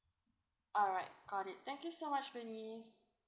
alright got it thank you so much bernice